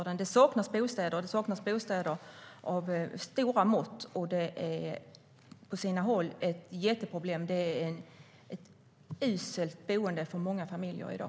Det saknas bostäder av stora mått, och det är på sina håll ett jätteproblem. Det är uselt boende för många familjer i dag.